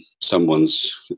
someone's